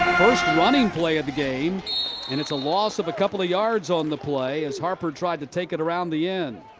first running play of the game and it's a loss of a couple of yards on the play. harper tried to take it around the end.